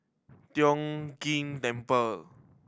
Tiong Ghee Temple